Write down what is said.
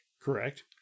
Correct